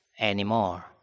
anymore